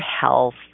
health